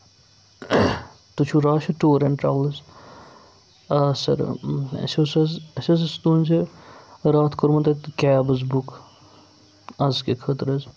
تُہۍ چھِو Rashid tour and travels آ سَر اَسہِ اوس حظ اَسہِ حظ اوس تُہنٛد زِ راتھ کوٚرمُت اَتہِ کیب حظ بُک اَزکہِ خٲطرٕ حظ